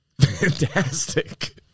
fantastic